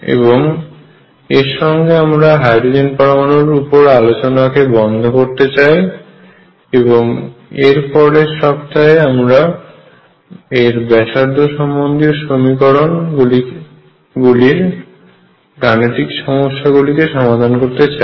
এবং এর সঙ্গে আমরা হাইড্রোজেন পরমাণুর উপর আলোচনাকে বন্ধ করতে চাই এবং এর পরের সপ্তাহে আমরা ব্যাসার্ধ সম্বন্ধীয় সমীকরণ এর নিউমেরিকাল সমাধান করতে চাই